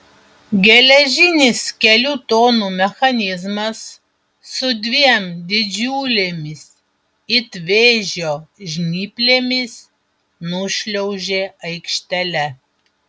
geležinis kelių tonų mechanizmas su dviem didžiulėmis it vėžio žnyplėmis nušliaužė aikštele